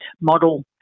model